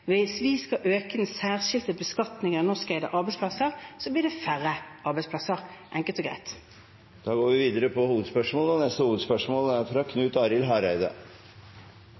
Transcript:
Hvis vi skal øke den særskilte beskatningen av norskeide arbeidsplasser, blir det færre arbeidsplasser – enkelt og greit. Da går vi videre til neste hovedspørsmål.